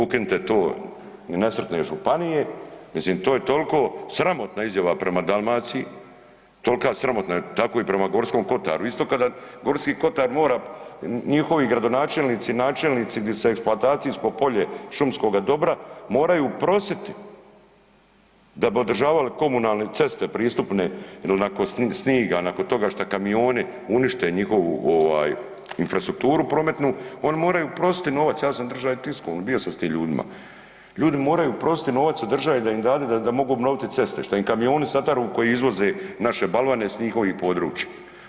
Ukinite to i nacrtne županije, mislim to je toliko sramotna izjava prema Dalmaciji, tolka sramotna, tako i prema Gorskom kotaru isto ka da Gorski kotar mora njihovi gradonačelnici i načelnici gdje se eksploatacijsko polje šumskoga dobra moraju prositi da bi održavali komunalne ceste pristupne il nakon sniga, nakon toga što kamioni unište njihovu ovaj infrastrukturu prometnu oni moraju prositi novac, ja sam drža i tiskovnu, bio sam s tim ljudima, ljudi moraju prositi novac od države da im dade da mogu obnoviti ceste što im kamionu sataru koji izvoze naše balvane s njihovih područja.